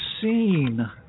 scene